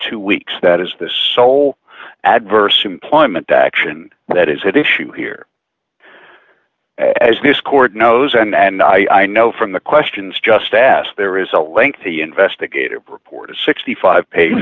two weeks that is the sole adverse employment action that is at issue here as this court knows and i know from the questions just asked there is a lengthy investigative report a sixty five pa